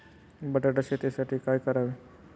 बटाटा शेतीसाठी काय करावे?